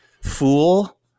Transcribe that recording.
fool